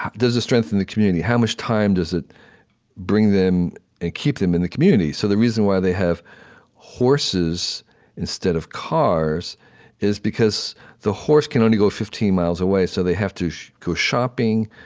does it strengthen the community? how much time does it bring them and keep them in the community? so the reason why they have horses instead of cars is because the horse can only go fifteen miles away, so they have to go shopping,